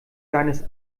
deines